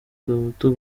gahutu